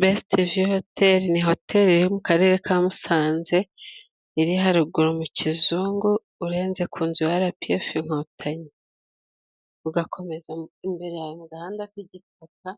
Besite viyu hoteli ni hoteli yo mu karere ka Musanze. Iri haruguru mu Kizungu urenze ku nzu ya RPF inkotanyi, ugakomeza imbere yawe mu gahanda k'igitaka